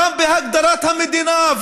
גם בהגדרת המדינה,